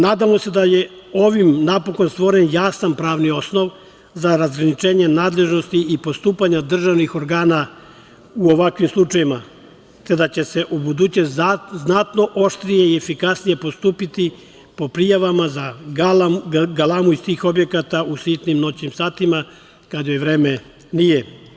Nadamo se da je ovim, napokon, stvoren jasan pravni osnov za razgraničenje nadležnosti i postupanja državnih organa u ovakvim slučajevima kada će se u buduće znatno oštrije i efikasnije postupiti po prijavama za galamu iz tih objekata u sitnim noćnim satima kad joj vreme nije.